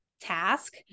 task